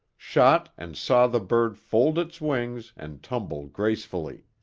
shot and saw the bird fold its wings and tumble gracefully.